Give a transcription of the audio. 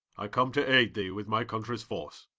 i come to aide thee with my country's force.